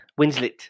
Winslet